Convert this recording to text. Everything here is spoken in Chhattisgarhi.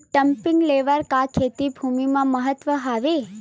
डंपी लेवल का खेती भुमि म का महत्व हावे?